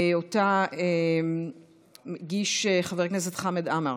הצעה שאותה הגישו חבר הכנסת חמד עמאר